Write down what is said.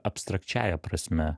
abstrakčiąja prasme